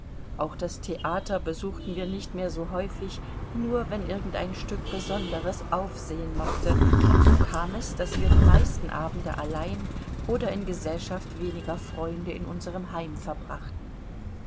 auch das theater besuchten wir nicht mehr so häufig nur wenn irgend ein stück besonderes aufsehen machte und so kam es daß wir die meisten abende allein oder in gesellschaft weniger freunde in unserem heim verbrachten